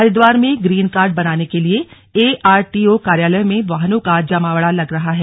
हरिद्वार में green card बनाने के लिए एआरटीओ कार्यालय में वाहनों का जमावड़ा लग रहा है